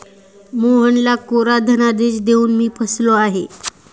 मोहनला कोरा धनादेश देऊन मी फसलो आहे